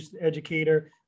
educator